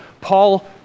Paul